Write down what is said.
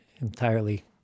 entirely